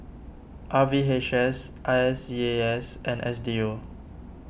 R V H S I S E A S and S D U